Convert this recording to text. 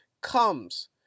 comes